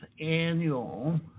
Annual